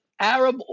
Arab